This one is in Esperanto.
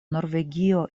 norvegio